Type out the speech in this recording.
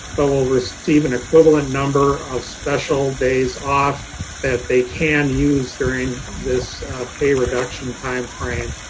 but will receive an equivalent number of special days off that they can use during this pay reduction timeframe.